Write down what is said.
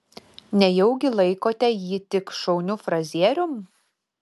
nejaugi laikote jį tik šauniu frazierium